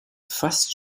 fast